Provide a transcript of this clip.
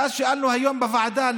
ואז שאלנו היום בוועדה,